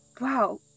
Wow